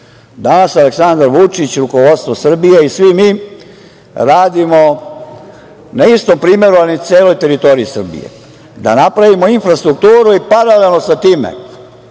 Danas Aleksandar Vučić i rukovodstvo Srbije i svi mi radimo na istom primeru, ali na celoj teritoriji Srbije, da napravimo infrastrukturu i paralelno sa time